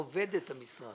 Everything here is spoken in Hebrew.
עובדת המשרד.